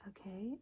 Okay